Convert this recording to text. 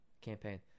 campaign